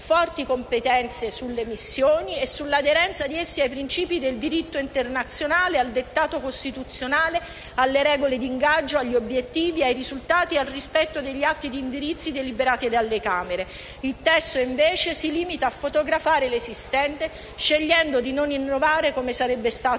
Il testo si limita invece a fotografare l'esistente, scegliendo di non innovare come sarebbe stato